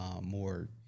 more